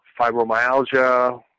fibromyalgia